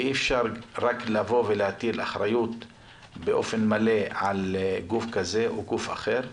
ואי אפשר רק לבוא ולהטיל אחריות באופן מלא על גוף כזה או גוף אחר.